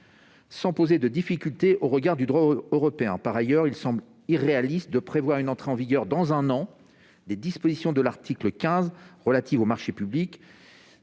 sans poser de difficultés au regard du droit européen. Par ailleurs, il semble irréaliste de prévoir une entrée en vigueur des dispositions de l'article 15 relatives aux marchés publics